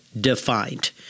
defined